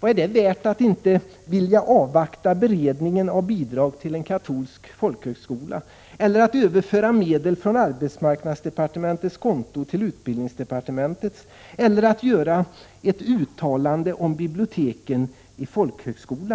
Vad är det värt att inte vilja avvakta beredningen av bidrag till en katolsk folkhögskola eller att överföra medel från arbetsmarknadsdepartementets konto till utbildningsdepartementets eller att göra ett uttalande om biblioteken i folkhögskolan?